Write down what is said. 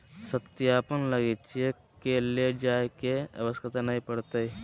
सत्यापन लगी चेक के ले जाय के आवश्यकता नय पड़तय